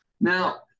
Now